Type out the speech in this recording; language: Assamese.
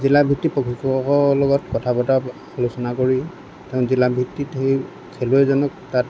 জিলা ভিত্তিক প্ৰশিক্ষকৰ লগত কথা বতৰা আলোচনা কৰি তেওঁ জিলা ভিত্তিক ধৰি খেলুৱৈজনক তাত